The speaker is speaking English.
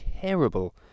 terrible